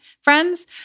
friends